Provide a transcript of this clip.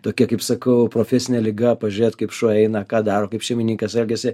tokia kaip sakau profesine liga pažiūrėt kaip šuo eina ką daro kaip šeimininkas elgiasi